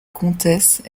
comtesse